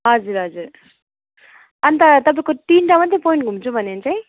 हजुर हजुर अन्त तपाईँको तिनवटा मात्रै पोइन्ट घुम्छु भनेँ भने चाहिँ